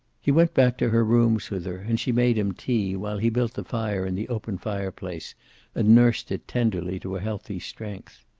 he went back to her rooms with her, and she made him tea, while he built the fire in the open fireplace and nursed it tenderly to a healthy strength.